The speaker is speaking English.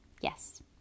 Yes